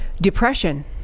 Depression